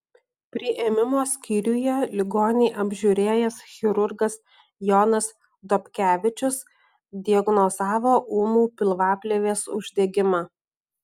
priėmimo skyriuje ligonį apžiūrėjęs chirurgas jonas dobkevičius diagnozavo ūmų pilvaplėvės uždegimą